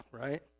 right